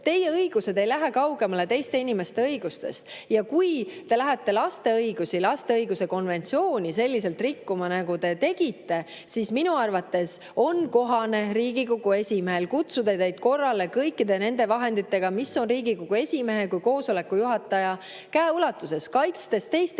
Teie õigused ei lähe kaugemale teiste inimeste õigustest. Ja kui te lähete laste õigusi, lapse õiguste konventsiooni selliselt rikkuma, nagu te tegite, siis minu arvates on kohane Riigikogu esimehel kutsuda teid korrale kõikide nende vahenditega, mis on Riigikogu esimehe kui koosoleku juhataja käeulatuses, kaitstes teiste inimeste